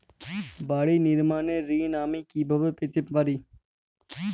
বাড়ি নির্মাণের ঋণ আমি কিভাবে পেতে পারি?